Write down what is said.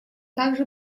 также